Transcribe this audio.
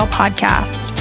podcast